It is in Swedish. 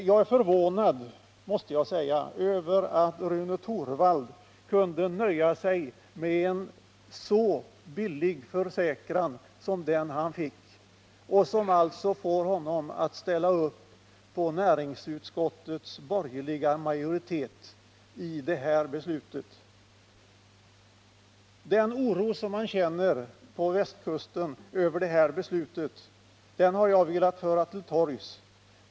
Jag är förvånad, måste jag säga, över att Rune Torwald kunde nöja sig med en så billig försäkran som den han fick och som alltså får honom att ställa upp bakom näringsutskottets borgerliga majoritet i det här beslutet. Den oro som man känner på västkusten över det här beslutet har jag velat föra till torgs.